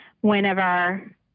whenever